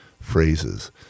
Phrases